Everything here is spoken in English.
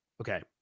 okay